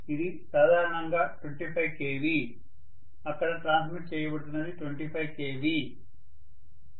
ఇది సాధారణంగా 25 kV అక్కడ ట్రాన్స్మిట్ చేయబడుతున్నది 25 kV